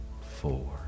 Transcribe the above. four